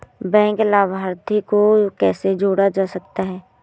Bank लाभार्थी को कैसे जोड़ा जा सकता है?